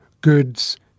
goods